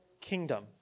kingdom